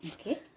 okay